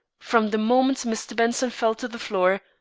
from the moment mr. benson fell to the floor,